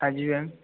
हाँ जी मैम